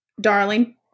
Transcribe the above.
Darling